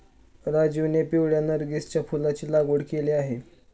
राजीवने पिवळ्या नर्गिसच्या फुलाची लागवड केली आहे